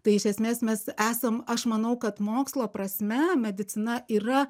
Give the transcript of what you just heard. tai iš esmės mes esam aš manau kad mokslo prasme medicina yra